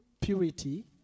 purity